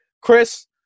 Chris